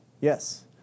Yes